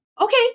okay